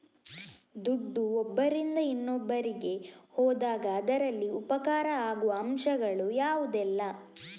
ದುಡ್ಡು ಒಬ್ಬರಿಂದ ಇನ್ನೊಬ್ಬರಿಗೆ ಹೋದಾಗ ಅದರಲ್ಲಿ ಉಪಕಾರ ಆಗುವ ಅಂಶಗಳು ಯಾವುದೆಲ್ಲ?